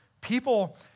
People